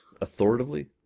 authoritatively